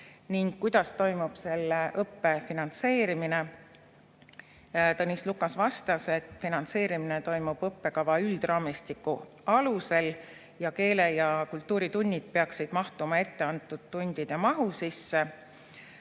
kuidas toimub selle õppe finantseerimine. Tõnis Lukas vastas, et finantseerimine toimub õppekava üldraamistiku alusel ning keele‑ ja kultuuritunnid peaksid mahtuma ette antud tundide mahu sisse.